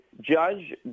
Judge